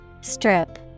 Strip